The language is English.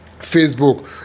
facebook